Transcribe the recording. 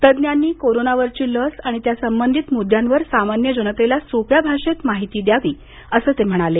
तज्ञांनी कोरोनावरची लस आणि त्या संबंधित मुद्द्यांवर सामान्य जनतेला सोप्या भाषेत माहिती द्यावी असं ते म्हणाले